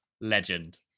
legend